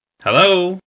Hello